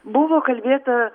buvo kalbėta